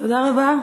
תודה רבה.